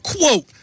quote